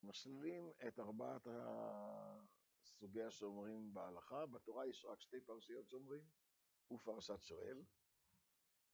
? את ארבעת הסוגי השומרים בהלכה. בתורה יש רק שתי פרשיות שומרים ופרשת שואל.